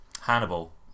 Hannibal